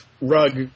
Rug